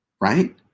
right